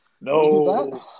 No